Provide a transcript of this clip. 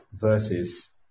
Versus